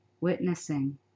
witnessing